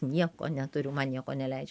nieko neturiu man nieko neleidžia